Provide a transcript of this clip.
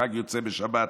כשחג יוצא בשבת,